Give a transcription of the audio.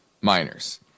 miners